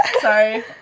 sorry